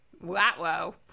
Wow